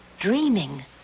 Dreaming